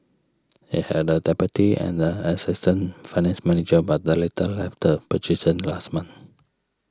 it had a deputy and an assistant finance manager but the latter left the position last month